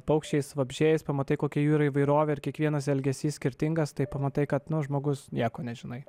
paukščiais vabzdžiais pamatai kokia jų yra įvairovė ir kiekvienas elgesys skirtingas tai pamatai kad nu žmogus nieko nežinai